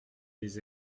des